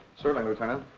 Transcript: certainly, lieutenant.